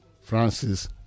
Francis